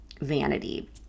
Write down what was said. vanity